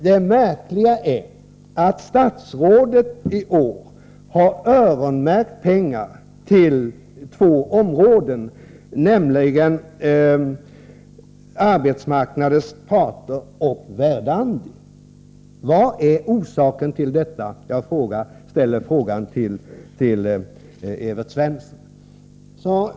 Det märkliga är att statsrådet i år har öronmärkt pengar till två mottagare, nämligen arbetsmarknadens parter och Verdandi. Vad är orsaken till detta? Jag ställer frågan till Evert Svensson.